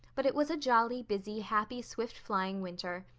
but it was a jolly, busy, happy swift-flying winter.